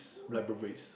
libraries